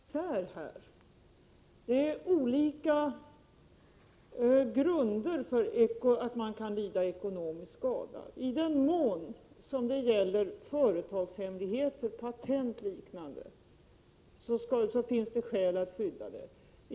Fru talman! Man måste här hålla isär de olika grunder som kan finnas när det gäller att lida ekonomisk skada. I den mån det gäller företagshemligheter, patent och liknande, finns det skäl att sekretessskydda uppgiften.